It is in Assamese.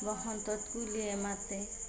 বসন্তত কুলিয়ে মাতে